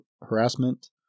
harassment